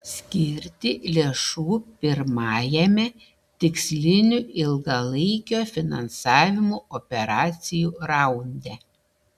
skirti lėšų pirmajame tikslinių ilgalaikio finansavimo operacijų raunde